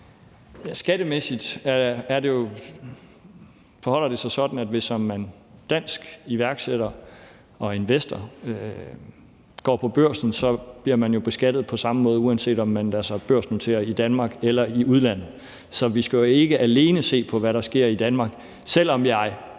Skattemæssigt forholder det sig sådan, at hvis man som dansk iværksætter og investor går på børsen, bliver man jo beskattet på samme måde, uanset om man lader sig børsnotere i Danmark eller i udlandet. Så vi skal jo ikke alene se på, hvad der sker i Danmark, selv om jeg